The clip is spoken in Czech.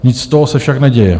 Nic z toho se však neděje.